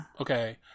Okay